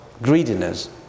greediness